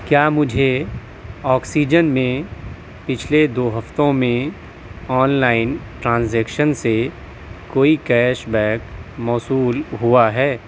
کیا مجھے آکسیجن میں پچھلے دو ہفتوں میں آن لائن ٹرانزیکشن سے کوئی کیش بیک موصول ہوا ہے